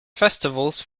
festivals